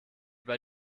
bei